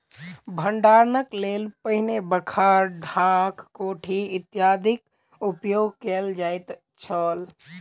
भंडारणक लेल पहिने बखार, ढाक, कोठी इत्यादिक उपयोग कयल जाइत छल